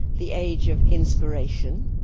the age of inspiration,